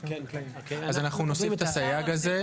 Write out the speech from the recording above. אז אנחנו נוסיף את הסייג הזה.